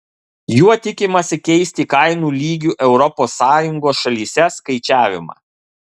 juo tikimasi keisti kainų lygių europos sąjungos šalyse skaičiavimą